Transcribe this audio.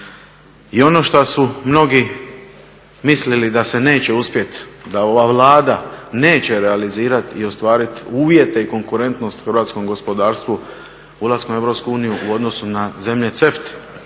I ono što su mnogi mislili da se neće uspjeti da ova Vlada neće realizirati i ostvariti uvjete i konkurentnost hrvatskom gospodarstvu ulaskom u EU u odnosu na zemlje CEFTA-e.